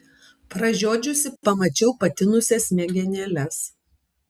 pražiodžiusi pamačiau patinusias smegenėles